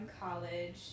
college